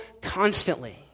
constantly